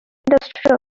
industrial